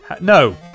No